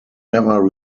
never